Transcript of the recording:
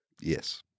yes